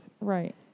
Right